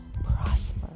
prosper